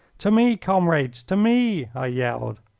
to me, comrades! to me! i yelled.